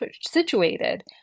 situated